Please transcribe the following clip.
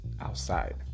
outside